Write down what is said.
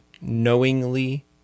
knowingly